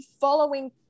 following